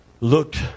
looked